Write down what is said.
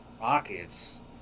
Rockets